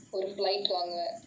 ஒரு:oru flight வாங்குவேன்:vaanguvaen